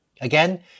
Again